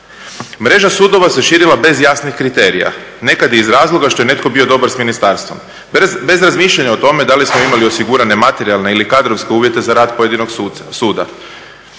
Mreža sudova se širila bez jasnih kriterija, nekad iz razloga što je netko bio dobar s ministarstvom, bez razmišljanja o tome da li smo imali osigurane materijalne ili kadrovske uvjete za rad pojedinog suda.